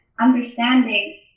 understanding